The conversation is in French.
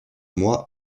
mois